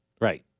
Right